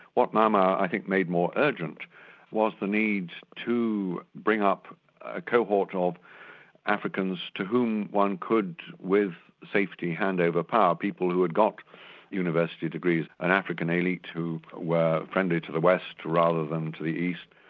what mau mau um ah i think made more urgent was the need to bring up a cohort of africans to whom one could with safety hand over power, people who had got university degrees, an african elite who were friendly to the west rather than to the east,